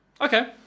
Okay